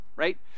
right